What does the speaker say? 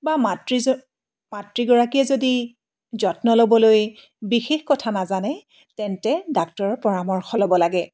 বা মাতৃজ মাতৃগৰাকীয়ে যদি যত্ন ল'বলৈ বিশেষ কথা নাজানে তেন্তে ডাক্তৰৰ পৰামৰ্শ ল'ব লাগে